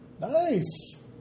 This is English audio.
Nice